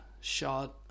shot